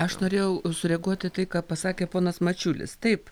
aš norėjau sureaguot į tai ką pasakė ponas mačiulis taip